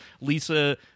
Lisa